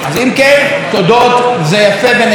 זה יפה ונחמד מצידו.